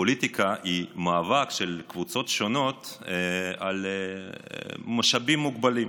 פוליטיקה היא מאבק של קבוצות שונות על משאבים מוגבלים.